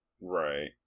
Right